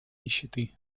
нищеты